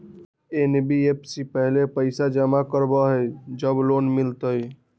NBFC पहले पईसा जमा करवहई जब लोन मिलहई?